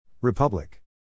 Republic